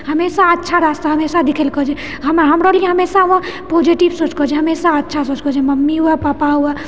हमेशा अच्छा रास्ता हमेशा दिखेलको जे हमरा लिए हमेशा ओ पॉजिटिव सोचतो हमेशा अच्छा सोचतो मम्मी हुए पापा हुए